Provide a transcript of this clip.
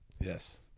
yes